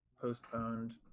postponed